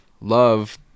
love